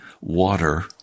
water